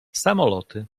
samoloty